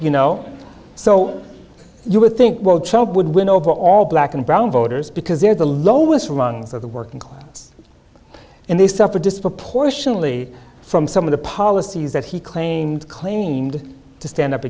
you know so you would think would win over all black and brown voters because they are the lowest rungs of the working class and they suffer disproportionately from some of the policies that he claimed claimed to stand up